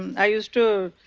um used to.